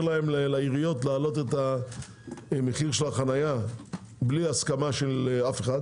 לעיריות להעלות את מחיר החניה בלי הסכמה של אף אחד